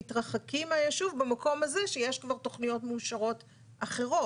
מתרחקים מהיישוב במקום הזה שיש כבר תכניות מאושרות אחרות.